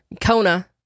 Kona